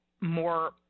more